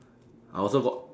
I also got